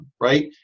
right